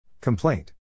Complaint